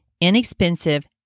inexpensive